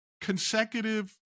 consecutive